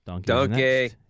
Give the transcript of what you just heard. Donkey